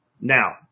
Now